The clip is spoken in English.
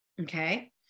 Okay